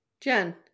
Jen